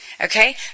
Okay